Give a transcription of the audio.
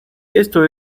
esto